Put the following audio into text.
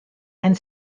and